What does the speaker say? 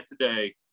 today